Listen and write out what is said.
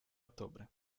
ottobre